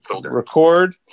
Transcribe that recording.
record